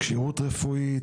כשירות רפואית?